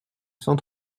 cent